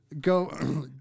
go